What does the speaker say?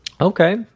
Okay